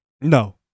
No